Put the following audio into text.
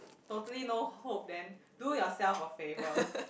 totally no hope then do yourself a favour